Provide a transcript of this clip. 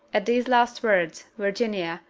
at these last words, virginia,